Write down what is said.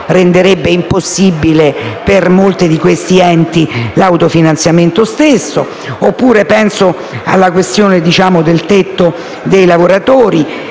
renderebbe impossibile per molti di questi enti l'autofinanziamento stesso. Oppure penso alla questione del tetto dei lavoratori